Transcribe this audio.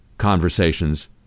conversations